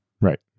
Right